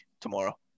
tomorrow